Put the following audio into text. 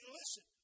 listen